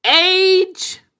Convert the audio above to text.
age